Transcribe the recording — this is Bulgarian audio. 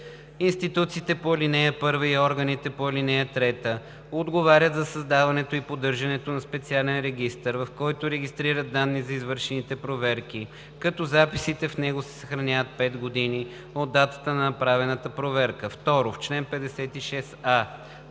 Институциите по ал. 1 и органите по ал. 3 отговарят за създаването и поддържането на специален регистър, в който регистрират данни за извършените проверки, като записите в него се съхраняват 5 години от датата на направената проверка.“ 2. В чл.